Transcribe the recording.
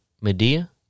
Medea